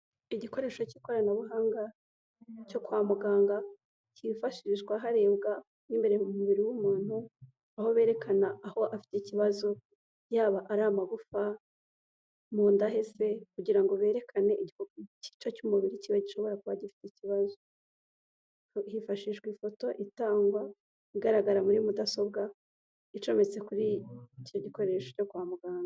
Igikoresho cy'ikoranabuhanga cyo kwa muganga, cyifashishwa harebwa mo imbere mu mubiri w'umuntu, aho berekana aho afite ikibazo yaba ari amagufa, mu nda he se kugira ngo berekane igice cy'umubiri kiba gishobora kuba gifite ikibazo. Hifashishwa ifoto itangwa, igaragara muri mudasobwa, icometse kuri icyo gikoresho cyo kwa muganga.